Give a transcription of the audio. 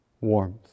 warmth